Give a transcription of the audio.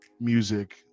music